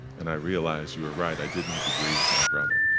and i realized you were right, i did need to grieve my brother.